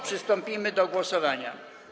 Przystąpimy do głosowania.